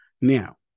Now